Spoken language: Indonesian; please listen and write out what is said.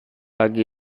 pagi